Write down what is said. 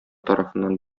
тарафыннан